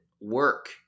work